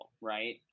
right